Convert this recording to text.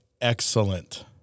Excellent